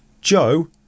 joe